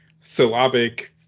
syllabic